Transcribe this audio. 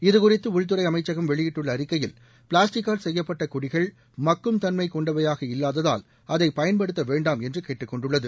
இது குறித்து உள்துறை அமைச்சகம் வெளியிட்டுள்ள அறிக்கையில் பிளாஸ்டிக்கால் செய்யப்பட்ட கொடிகள் மக்கும் தன்மைக் கொண்டவையாக இல்லாததால் அதை பயன்படுத்தவேண்டாம் என்று கேட்டுக் கொண்டுள்ளது